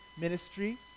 ministry